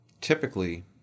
typically